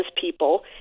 people